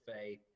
faith